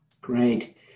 great